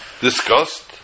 discussed